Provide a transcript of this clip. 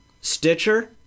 stitcher